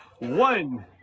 one